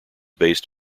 based